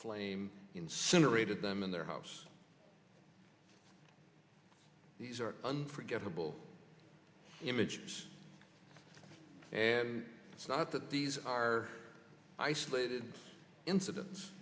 flame incinerated them in their house these are unforgettable images and it's not that these are isolated incidents